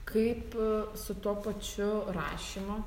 kaip su tuo pačiu rašymu